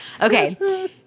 Okay